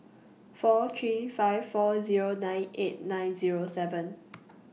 four three five four Zero nine eight nine Zero seven